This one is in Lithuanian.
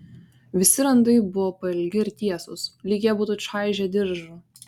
visi randai buvo pailgi ir tiesūs lyg ją būtų čaižę diržu